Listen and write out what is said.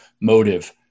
motive